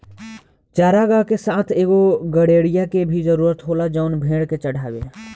चारागाह के साथ एगो गड़ेड़िया के भी जरूरत होला जवन भेड़ के चढ़ावे